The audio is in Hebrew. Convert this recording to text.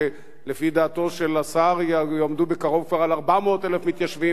שלפי דעתו של השר יעמדו בקרוב כבר על 400,000 מתיישבים,